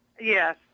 Yes